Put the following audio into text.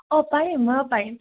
অ' পাৰিম মই পাৰিম